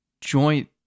joint